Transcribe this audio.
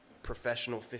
professional